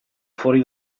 fuori